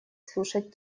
слушать